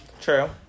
true